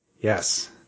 yes